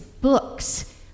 books